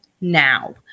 Now